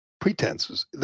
pretenses